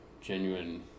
genuine